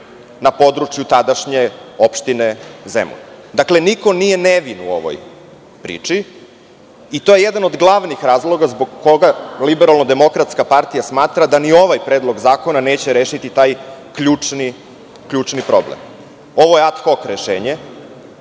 na području tadašnje opštine Zemun. Dakle, niko nije nevin u ovoj priči i to je jedan od glavnih razloga zbog koga LDP smatra da ni ovaj predlog zakona neće rešiti taj ključni problem. Ovo je ad hok rešenje.